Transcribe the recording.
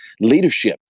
Leadership